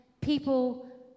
people